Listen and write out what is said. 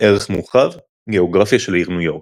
ערך מורחב – גאוגרפיה של העיר ניו יורק